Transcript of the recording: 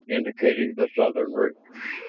indicating the southern route.